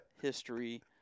history